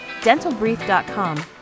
dentalbrief.com